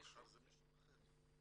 ומחר זה מישהו אחר.